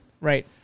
right